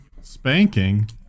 Spanking